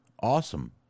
awesome